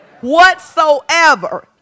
Whatsoever